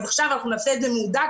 אז עכשיו אנחנו נעשה את זה מהודק.